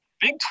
Big